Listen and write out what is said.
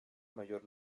mayor